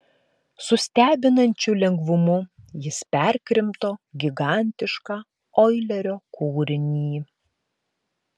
su stebinančiu lengvumu jis perkrimto gigantišką oilerio kūrinį